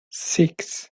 six